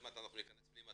תוכלו לראות כשניכנס פנימה,